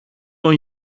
τον